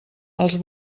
els